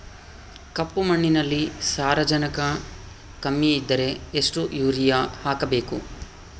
ಕಪ್ಪು ಮಣ್ಣಿನಲ್ಲಿ ಸಾರಜನಕ ಕಮ್ಮಿ ಇದ್ದರೆ ಎಷ್ಟು ಯೂರಿಯಾ ಹಾಕಬೇಕು?